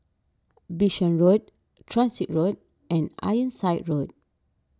Bishan Road Transit Road and Ironside Road